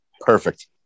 Perfect